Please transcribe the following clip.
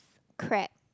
crab